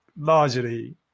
largely